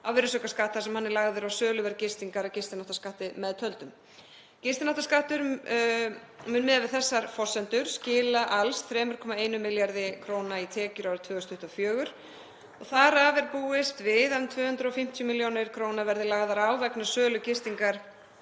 á virðisaukaskatt þar sem hann er lagður á söluverð gistingar að gistináttaskatti meðtöldum. Gistináttaskattur mun miðað við þessar forsendur skila alls 3,1 milljarði kr. í tekjur árið 2024. Þar af er búist við að 250 millj. kr. verði lagðir á vegna sölu gistingar